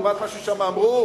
לעומת מה ששם אמרו